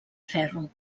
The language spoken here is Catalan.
ferro